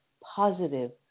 positive